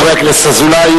חבר הכנסת אזולאי,